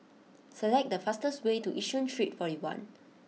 select the fastest way to Yishun Street forty one